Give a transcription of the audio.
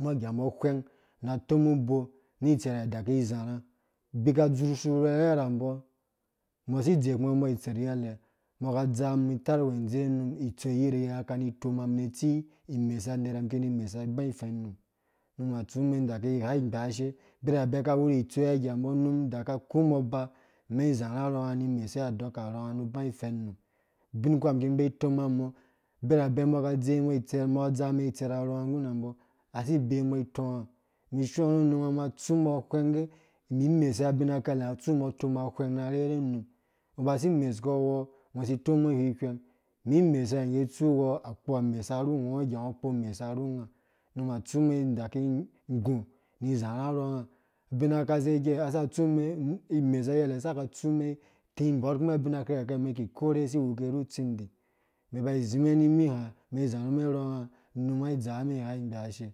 mbɔ ngambɔ hwɛngnã na tomubo nĩ itserh daki zɛrhã abika dzur su arhɛrhɛ rhambɔ mbɔ si dzowuku mbɔ itserh yɛrhɛ mbɔ ka dzam mĩ tarwɛ ndzowe num itsoi yɛrɛ ngã nĩ dzam nĩtsi imesa yẽ mĩ kinĩ mesa anerha ru bã ifɛn ngã num atsu mɛn dakigh ĩgba she birabɛ ngambo kawu nũ itsoi ngã num adaka tsu mbɔ ba mɛn zãrhã rhɔngã nĩ mesuwe adɔka rhɔnga nũ bã ifɛnum binkwa mĩ kĩ bei toma mɔ birabɛ mbɔka dzowe mbɔ itse mbɔka dza mɛn itserha ngunã mbɔ asi bei mbɔ ĩtɔɔ mĩ shɔr hũ num ngã tsu mbɔ hwɛng ge imimesuwe arherhu kɛlɛha nga tsu mbɔ toma hwɛng ra rherhu num ngɔ ba si mesu ko uwɔ ngõ sĩ tomũ ngɔ ihwihwɛng imimesaa ngã tsu uwu akpo amesa ru ngɔ ngangɔ kpo umesa ru ngã numa tsu mɛn daki gũ nĩ zãrhã rɔng bina kase kei kasa tsu mbɔ imesa wɛlɛn ka saka tsu mɛn tĩ mborkumɛn abinakirakɛ kasiwe ke nu tindĩ mɛn mba zĩ mɛn mba mɛn nĩ mĩ hã nĩ zɛrkũ mẽ rɔngã num aĩ dzangã mɛn igha ngbashe